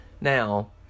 Now